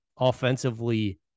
offensively